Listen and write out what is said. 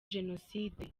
jenoside